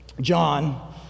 John